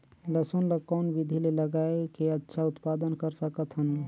लसुन ल कौन विधि मे लगाय के अच्छा उत्पादन कर सकत हन?